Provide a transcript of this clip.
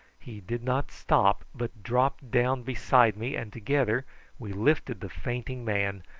he did not stop, but dropped down beside me, and together we lifted the fainting man,